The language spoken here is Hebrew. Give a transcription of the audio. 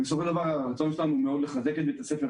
בסופו של דבר הרצון שלנו הוא לחזק מאוד את בית הספר,